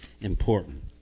important